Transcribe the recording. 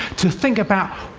to think about,